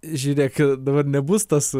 žiūrėkit dabar nebus tas